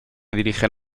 dirigen